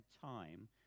time